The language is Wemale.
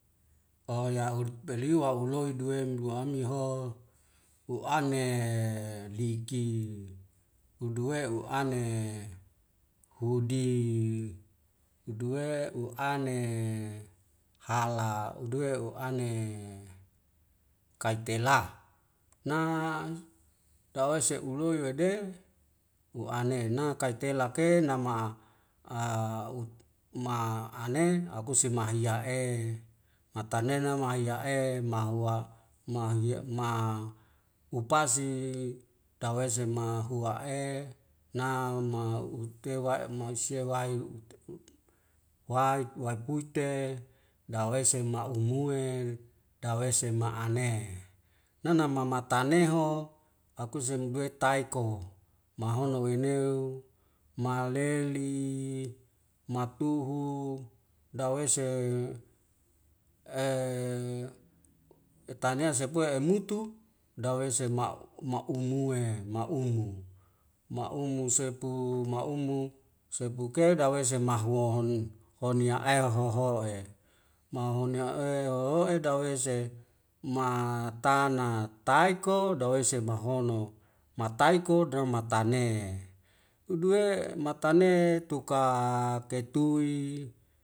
Oya'ud beli wa uloi duwem blue amiho u'ane liki uduwe u'ane hudi uduwe u'ane hala uduwe u'ane kaitela, na tawese ului wede u'anena na kaitelak e nama a ut ma'ane akuse mahiya'e matane na mayaha'e mahuwa mahuya' ma upazi taweze ma huwa'e na ma'utewa'e mahusia wae wai waipuite dawei sema umue dawei sema'ane nana mama taneho akuse mdue tai ko mahono weneu mahaleli matuhu daweise e etane sepua emutu dawei sema' ma'u mue ma'umu ma'umu sepu ma'umu sepuk ke dawese mahwon honia ae hoho'e mahun ne a'e o e daweise matana taiko daweise mahono mataiko damatane udu'e matane tuka keitui